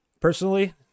Personally